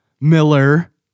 Miller